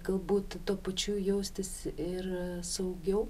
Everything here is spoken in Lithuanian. galbūt tuo pačiu jaustis ir saugiau